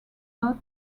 not